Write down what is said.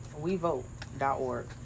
WeVote.org